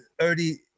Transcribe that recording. early